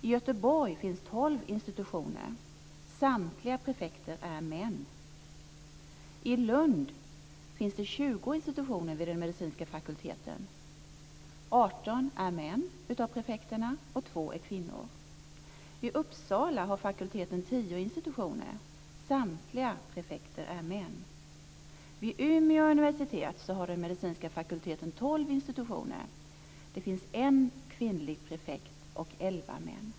I Göteborg finns tolv institutioner. Samtliga prefekter är män. I Lund finns det 20 institutioner vid den medicinska fakulteten. 18 av prefekterna är män och två kvinnor. I Uppsala har fakulteten tio institutioner. Samtliga prefekter är män. Vid Umeå universitet har den medicinska fakulteten tolv institutioner. Det finns en kvinnlig prefekt och elva män.